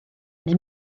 neu